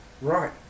Right